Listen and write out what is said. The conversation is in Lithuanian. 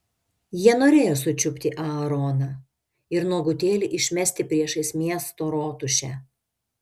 jie norėjo sučiupti aaroną ir nuogutėlį išmesti priešais miesto rotušę